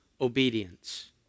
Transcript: obedience